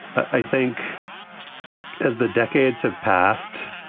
i think as the decades have passed.